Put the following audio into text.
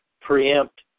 preempt